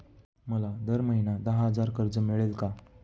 मला दर महिना दहा हजार कर्ज मिळेल का?